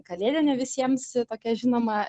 kalėdinę visiems tokią žinomą